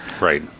right